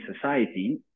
society